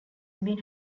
seen